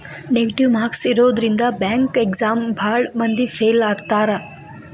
negative marks ಇರೋದ್ರಿಂದ bank exam ಭಾಳ್ ಮಂದಿ ಫೇಲ್ ಆಗ್ತಾರಾ